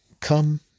come